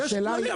יש כללים.